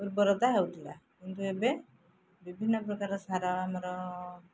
ଉର୍ବରତା ହେଉଥିଲା କିନ୍ତୁ ଏବେ ବିଭିନ୍ନ ପ୍ରକାର ସାର ଆମର